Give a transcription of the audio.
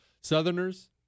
Southerners